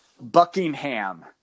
buckingham